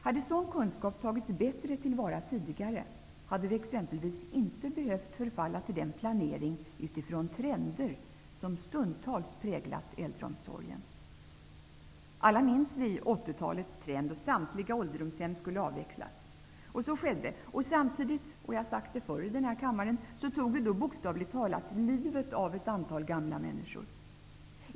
Hade sådan kunskap tagits bättre till vara tidigare, hade vi exempelvis inte behövt förfalla till den planering utifrån trender som stundtals präglat äldreomsorgen. Alla minns vi 80-talets trend, då samtliga ålderdomshem skulle avvecklas. Så skedde, och samtidigt -- jag har sagt det förr i den här kammaren -- tog vi bokstavligt talat livet av ett antal gamla människor.